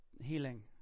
healing